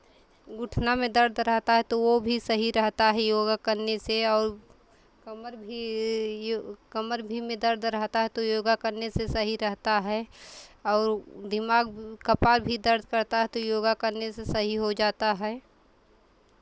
घुटना में दर्द रहता है तो वो भी सही रहता है योगा करने से और कमर भी यो कमर भी में दर्द रहेता है तो योगा करने से सही रहेता है और वो दिमाग भी कपार भी दर्द करता है तो योगा करने से सही हो जाता है